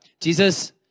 Jesus